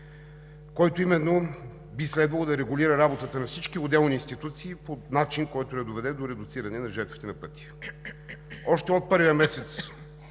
който именно би следвало да регулира работата на всички отделни институции по начин, който да доведе до редуциране на жертвите на пътя. Още от първия месец